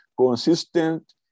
Consistent